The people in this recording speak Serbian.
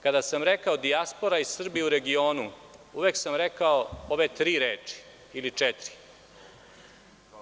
Kada sam rekao dijaspora i Srbi u regionu, uvek sam rekao ove tri ili četiri reči.